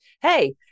hey